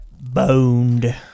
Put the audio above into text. boned